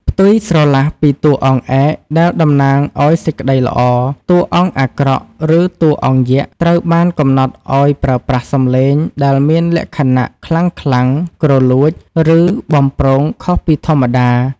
ផ្ទុយស្រឡះពីតួអង្គឯកដែលតំណាងឱ្យសេចក្តីល្អ តួអង្គអាក្រក់ ឬតួអង្គយក្ស ត្រូវបានកំណត់ឱ្យប្រើប្រាស់សំឡេងដែលមានលក្ខណៈខ្លាំងៗ គ្រលួច ឬបំព្រងខុសពីធម្មតា។